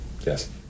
Yes